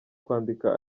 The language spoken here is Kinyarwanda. kwandika